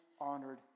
honored